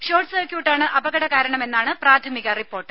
ഷോട്ട്സർക്യൂട്ടാണ് അപകടകാരണമെന്നാണ് പ്രാഥമിക റിപ്പോർട്ട്